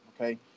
Okay